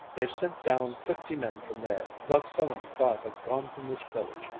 they've sent down fifty men from there. about seventy-five have gone from this village.